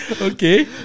okay